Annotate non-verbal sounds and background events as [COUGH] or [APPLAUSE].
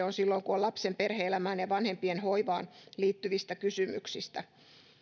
[UNINTELLIGIBLE] on silloin kun on kyse yksi lapsen perhe elämään ja vanhempien hoivaan liittyvistä kysymyksistä